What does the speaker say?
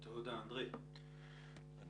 אני